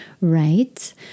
right